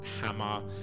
hammer